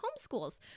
homeschools